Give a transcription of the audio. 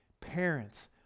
Parents